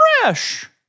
Fresh